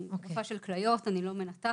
אני רופאה של כליות, אני לא מנתחת.